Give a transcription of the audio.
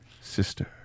sister